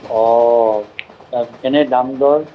অঁ কেনে দাম দৰ